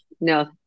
No